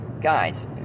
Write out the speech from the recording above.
guys